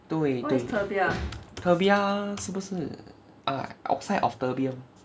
对对 terbia 是不是 ah outside of terbium